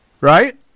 Right